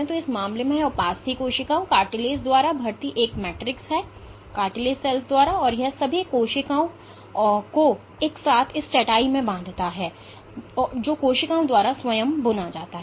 तो इस मामले में यह उपास्थि कोशिकाओं द्वारा भर्ती एक मैट्रिक्स है और यह सभी कोशिकाओं को एक साथ इस चटाई में बांधता है जो कोशिकाओं द्वारा स्वयं बुना जाता है